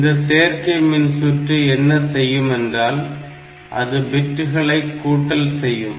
இந்த சேர்க்கை மின்சுற்று என்ன செய்யும் என்றால் அது பிட்டுகளை கூட்டல் செய்யும்